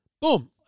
Boom